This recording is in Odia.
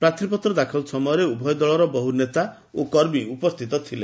ପ୍ରାର୍ଥ୍ପତ୍ର ଦାଖଲ ସମୟରେ ଉଭୟ ଦଳର ବହୁ ନେତା ଓ କର୍ମୀ ଉପସ୍ତିତ ଥିଲେ